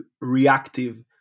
reactive